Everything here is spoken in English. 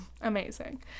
amazing